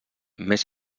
més